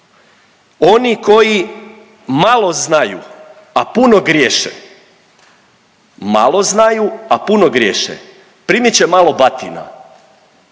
griješi, malo zna a puno griješi primit će malo batina,